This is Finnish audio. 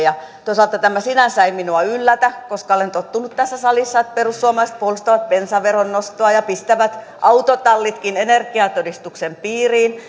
toisaalta tämä sinänsä ei minua yllätä koska olen tottunut tässä salissa siihen että perussuomalaiset puolustavat bensaveron nostoa ja pistävät autotallitkin energiatodistuksen piiriin